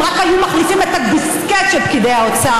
אם רק היו מחליפים את הדיסקט של פקידי האוצר,